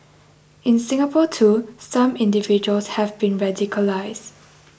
in Singapore too some individuals have been radicalised